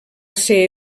ser